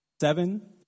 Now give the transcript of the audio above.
seven